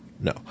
No